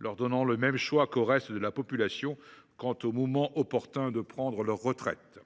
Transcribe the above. On leur donne ainsi le même choix qu’au reste de la population quant au moment opportun de prendre leur retraite.